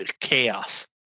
chaos